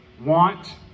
want